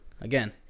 Again